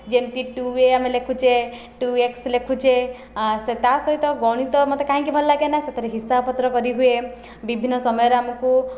ଯେମିତି two a ଆମେ ଲେଖୁଛେ ଟୁ ଏକ୍ସ ଲେଖୁଛେ ସେ ତା ସହିତ ଗଣିତ ମୋତେ କାହିଁକି ଭଲ ଲାଗେ ନା ସେଥିରେ ହିସାବ ପତ୍ର କରି ହୁଏ ବିଭିନ୍ନ ସମୟରେ ଆମକୁ